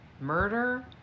murder